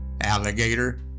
alligator